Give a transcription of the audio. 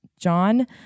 john